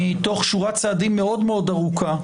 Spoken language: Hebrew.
מתוך שורת צעדים ארוכה מאוד,